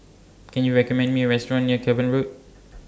Can YOU recommend Me A Restaurant near Cavan Road